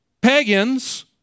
pagans